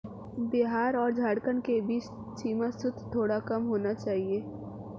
बिहार और झारखंड के बीच सीमा शुल्क थोड़ा कम होना चाहिए